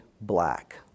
black